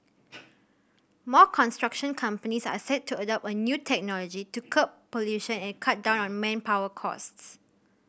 more construction companies are set to adopt a new technology to curb pollution and cut down on manpower costs